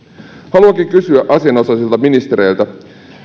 haluankin kysyä asianosaisilta ministereiltä